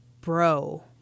bro